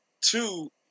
Two